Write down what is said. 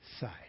side